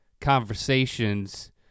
conversations